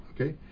okay